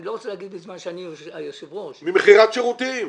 אני לא רוצה להגיד בזמן שאני היושב-ראש --- ממכירת שירותים.